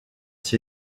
s’y